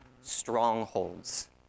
strongholds